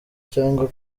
cyangwa